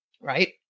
right